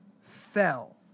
fell